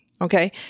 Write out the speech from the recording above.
Okay